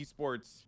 esports